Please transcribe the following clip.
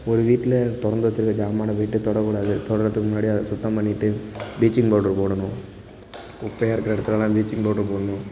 ஒரு வீட்டில திறந்து வச்சிருக்க சாமான போய்ட்டு தொடக்கூடாது தொடுறதுக்கு முன்னாடி அதை சுத்தம் பண்ணிட்டு பீச்சிங் பவுடரு போடணும் குப்பையாக இருக்கிற இடத்துலலாம் பீச்சிங் பவுடரு போடணும்